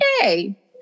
hey